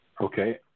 Okay